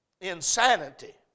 Insanity